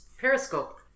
periscope